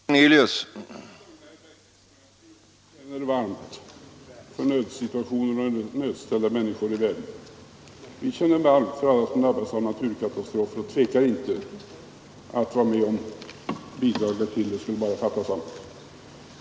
Herr talman! Jag kan lugna herr Bergqvist med att vi känner varmt för nödsituationer och för nödställda människor i världen. Vi känner varmt för alla som drabbas av naturkatastrofer och tvekar inte att vara med om bidrag till dem. Det skulle bara fattas annat.